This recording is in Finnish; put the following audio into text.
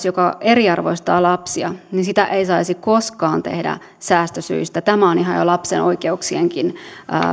joka eriarvoistaa lapsia ei saisi koskaan tehdä säästösyistä tämä on ihan jo lapsen oikeuksienkin